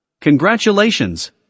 Congratulations